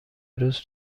روز